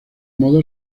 modo